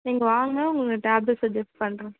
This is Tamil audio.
நீங்கள் வாங்க உங்களுக்கு டேப்லெட் சஜ்ஜஸ்ட் பண்ணுறேன்